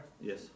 Yes